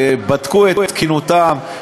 בדקו את תקינותן,